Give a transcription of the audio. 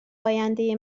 آینده